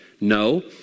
no